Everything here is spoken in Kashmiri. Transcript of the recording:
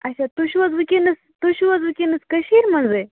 اَچھا تُہۍ چھُوٕ حظ ؤنکیٚنَس تُہۍ چھُوٕ حظ وُنکیٚنَس کٔشیٖرِ منٛزٕے